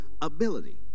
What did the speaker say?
ability